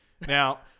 Now